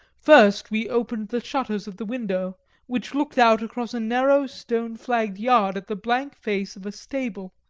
first we opened the shutters of the window which looked out across a narrow stone-flagged yard at the blank face of a stable,